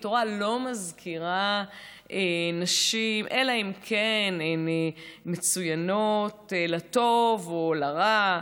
התורה לא מזכירה נשים אלא אם כן הן מצוינות לטוב או לרע,